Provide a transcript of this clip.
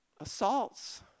assaults